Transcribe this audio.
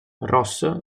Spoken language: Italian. ross